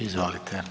Izvolite.